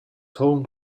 home